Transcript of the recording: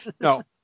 No